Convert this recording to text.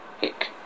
Hick